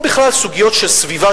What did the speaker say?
או בכלל סוגיות של סביבה,